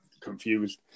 confused